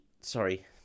Sorry